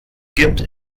gibt